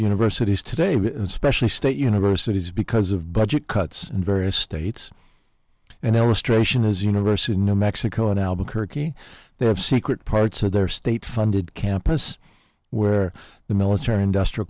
universities today especially state universities because of budget cuts in various states and illustration is university in new mexico in albuquerque they have secret parts of their state funded campus where the military industrial